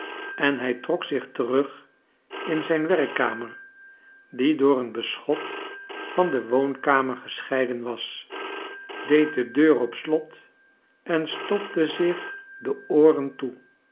en hij trok zich terug in zijn werkkamer die door een beschot van de woonkamer gescheiden was deed de deur op slot en stopte zich de ooren toe